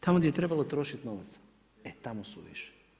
Tamo gdje je trebalo trošiti novaca, e tamo su više.